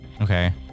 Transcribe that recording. Okay